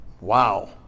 Wow